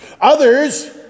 others